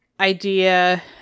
Idea